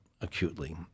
acutely